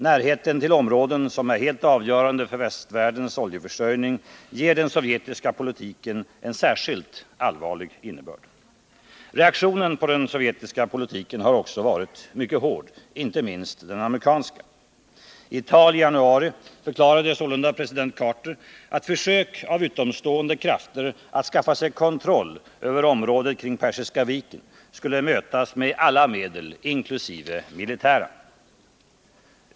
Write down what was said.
Närheten till områden som är helt avgörande för västvärldens oljeförsörjning ger den sovjetiska politiken en särskilt allvarlig innebörd. Reaktionen på den sovjetiska politiken har också varit mycket hård, inte minst den amerikanska. I ett tal i januari förklarade sålunda president Carter att försök av utomstående krafter att skaffa sig kontroll över området kring Persiska viken skulle mötas med alla medel, inkl. militära.